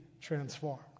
transformed